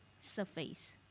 surface